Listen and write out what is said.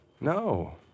No